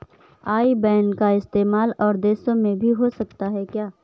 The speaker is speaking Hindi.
आई बैन का इस्तेमाल और देशों में भी हो सकता है क्या?